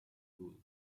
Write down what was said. cool